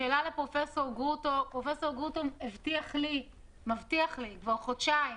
שאלה לפרופ' גרוטו, הוא מבטיח לי כבר חודשיים